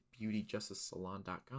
beautyjusticesalon.com